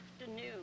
afternoon